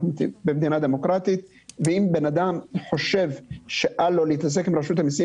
אנחנו במדינה דמוקרטית ואם בן אדם חושב שאל לא להתעסק עם רשות המסים